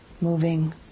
moving